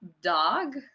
dog